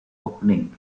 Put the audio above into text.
opening